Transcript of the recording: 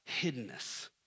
hiddenness